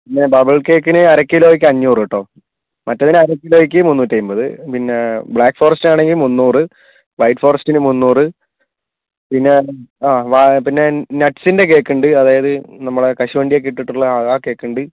പിന്നെ ബബിൾ കേക്കിന് അരക്കിലോയ്ക്ക് അഞ്ഞൂറ് കെട്ടോ മറ്റതിന് അര കിലോയ്ക്ക് മുന്നൂറ്റി അമ്പത് പിന്നെ ബ്ലാക്ക് ഫോറെസ്റ് ആണെങ്കിൽ മുന്നൂറ് വൈറ്റ് ഫോറെസ്റ്റിന് മുന്നൂറ് പിന്നെ ആ നട്സിന്റെ കേക്ക് ഉണ്ട് അതായത് നമ്മൾ കശുവണ്ടി ഒക്കെ ഇട്ടിട്ടുള്ള കേക്ക് ഉണ്ട്